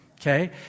okay